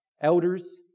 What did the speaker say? elders